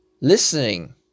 Listening